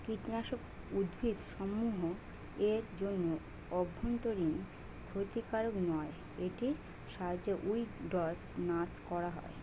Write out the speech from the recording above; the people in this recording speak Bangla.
কীটনাশক উদ্ভিদসমূহ এর জন্য অভ্যন্তরীন ক্ষতিকারক নয় এটির সাহায্যে উইড্স নাস করা হয়